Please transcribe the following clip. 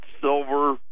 silver